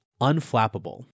Unflappable